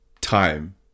time